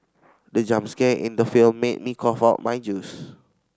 the jump scare in the film made me cough out my juice